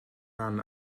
ran